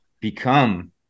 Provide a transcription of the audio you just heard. become